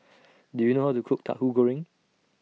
Do YOU know How to Cook Tahu Goreng